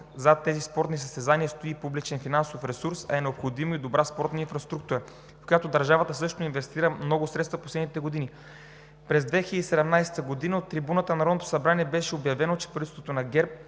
Зад тези спортни състезания стои и публичен финансов ресурс, а е необходима и добра спортна инфраструктура, в която държавата също инвестира много средства в последните години. През 2017 г. от трибуната на Народното събрание беше обявено, че правителствата на ГЕРБ